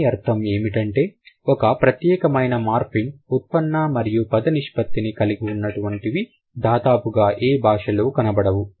దాని అర్థం ఏమిటంటే ఒక ప్రత్యేకమైన మార్ఫిమ్ ఉత్పన్న మరియు పద నిష్పత్తిని కలిగినటువంటి వి దాదాపుగా ఏ భాషలోనూ కనపడవు